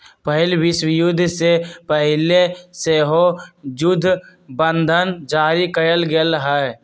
पहिल विश्वयुद्ध से पहिले सेहो जुद्ध बंधन जारी कयल गेल हइ